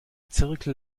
zirkel